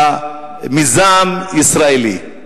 והמיזם ישראלי,